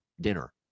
dinner